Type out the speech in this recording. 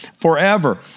forever